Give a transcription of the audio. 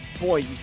Boy